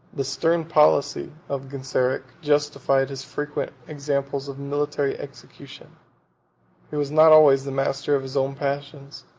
the stern policy of genseric justified his frequent examples of military execution he was not always the master of his own passions,